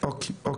אוקיי,